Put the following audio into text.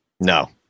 No